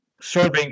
serving